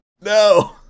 No